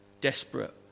desperate